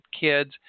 kids